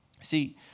See